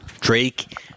Drake